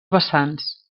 vessants